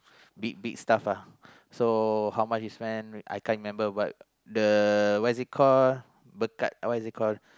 big big stuff uh so how is the stuff what is it called